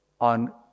on